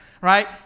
right